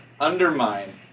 undermine